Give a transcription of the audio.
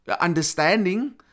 understanding